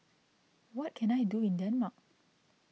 what can I do in Denmark